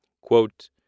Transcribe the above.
Quote